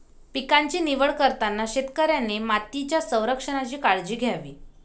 पिकांची निवड करताना शेतकऱ्याने मातीच्या संरक्षणाची काळजी घ्यावी